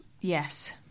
Yes